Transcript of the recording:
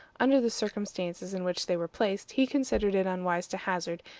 under the circumstances in which they were placed, he considered it unwise to hazard,